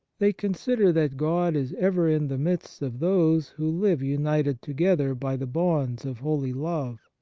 they consider that god is ever in the midst of those who live united together by the bonds of holy love.